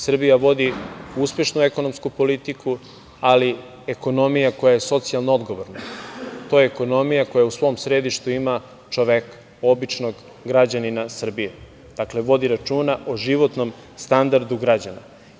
Srbija vodi uspešnu ekonomsku politiku, ali ekonomija koja je socijalno odgovorna, to je ekonomija koja u svom središtu ima čoveka, običnog građanina Srbije, dakle, vodi računa o životnom standardu građana.